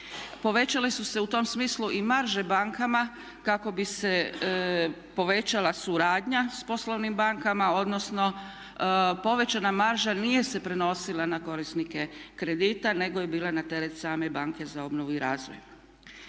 tom smislu i marže bankama kako bi se povećala suradnja sa poslovnim bankama, odnosno povećana marža nije se prenosila na korisnike kredita nego je bila na teret same banke za obnovu i razvoj.